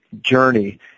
journey